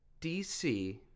DC